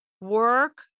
work